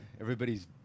everybody's